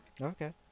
Okay